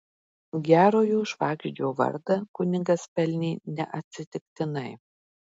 gerojo švagždžio vardą kunigas pelnė neatsitiktinai